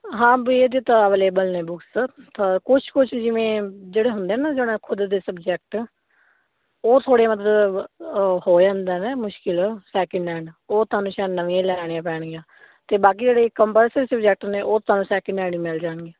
ਹਾਂ ਬਈ ਇਹਦੇ ਤੋਂ ਅਲੇਬਲ ਨੇ ਬੁਕਸ ਕੁਛ ਜਿਵੇਂ ਜਿਹੜੇ ਹੁੰਦੇ ਨਾ ਜਿਹੜਾ ਖੁਦ ਦੇ ਸਬਜੈਕਟ ਉਹ ਥੋੜੇ ਮਤਲਬ ਹੋ ਜਾਂਦਾ ਮੁਸ਼ਕਿਲ ਸੈਕਿੰਡ ਹੈਂਡ ਉਹ ਤੁਹਾਨੂੰ ਨਵੀਂਆਂ ਲੈਣੀਆਂ ਪੈਣਗੀਆਂ ਤੇ ਬਾਕੀ ਜਿਹੜੇ ਕੰਬਲਸ ਸਬਜੈਕਟ ਨੇ ਉਹ ਤੁਹਾਨੂੰ ਸੈਕਿੰਡ ਹੈਂਡ ਮਿਲ ਜਾਣਗੇ